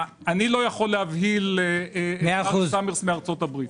אני לא יכול להבהיל את --- מארצות הברית.